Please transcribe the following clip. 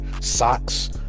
socks